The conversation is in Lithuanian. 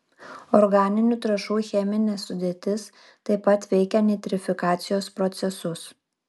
organinių trąšų cheminė sudėtis taip pat veikia nitrifikacijos procesus